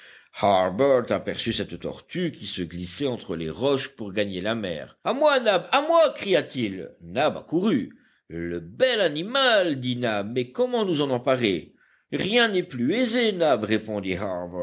aperçut cette tortue qui se glissait entre les roches pour gagner la mer à moi nab à moi cria-t-il nab accourut le bel animal dit nab mais comment nous en emparer rien n'est plus aisé nab répondit